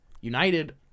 United